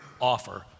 offer